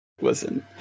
listen